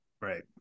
Right